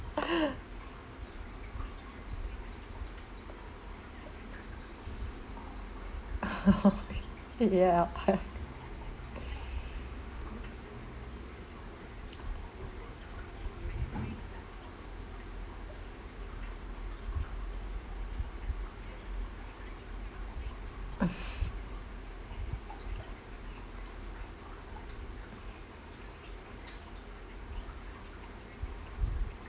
ya